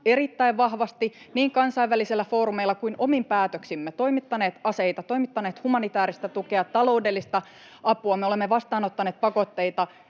erittäin vahvasti niin kansainvälisillä foorumeilla kuin omin päätöksimme, toimittaneet aseita, toimittaneet humanitääristä tukea ja taloudellista apua, me olemme vastaanottaneet pakolaisia